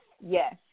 Yes